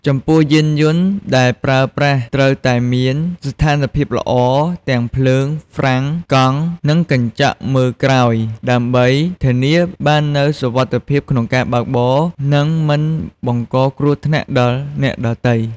ចំពោះ យានយន្តដែលប្រើប្រាស់ត្រូវតែមាន ស្ថានភាពល្អ ទាំងភ្លើង ហ្វ្រាំង កង់ និងកញ្ចក់មើលក្រោយ ដើម្បីធានាបាននូវសុវត្ថិភាពក្នុងការបើកបរ និងមិនបង្កគ្រោះថ្នាក់ដល់អ្នកដទៃ។